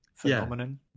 phenomenon